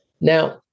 Now